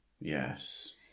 Yes